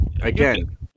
again